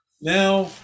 Now